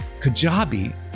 Kajabi